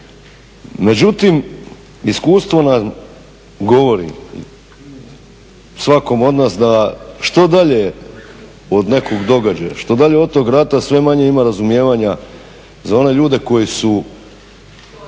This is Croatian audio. Međutim, iskustvo nam govori svakom od nas da što dalje od nekog događaja, što dalje od tog rata sve manje ima razumijevanja za one ljude koji su